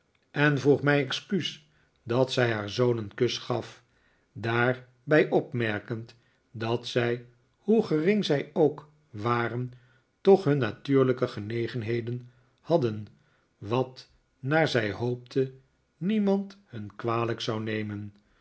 en vroeg mij excuus dat zij haar zoon een kus gaf daarbij opmerkend dat zij hoe gering zij ook waren toch hun natuurlijke genegenheden hadden wat naar zij hoopte niemand hun kwalijk zou nemen